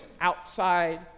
outside